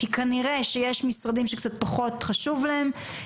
כי כנראה שיש משרדים שקצת פחות חשוב להם.